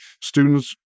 students